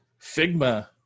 figma